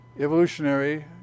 evolutionary